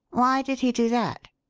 why did he do that?